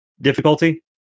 difficulty